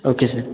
okay sir